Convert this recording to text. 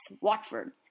Watford